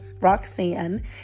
Roxanne